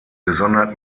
gesondert